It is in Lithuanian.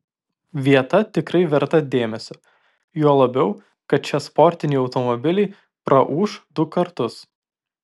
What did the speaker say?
vieta tikrai verta dėmesio juo labiau kad čia sportiniai automobiliai praūš du kartus